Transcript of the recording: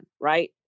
right